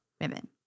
women